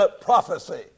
prophecy